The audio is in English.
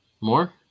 More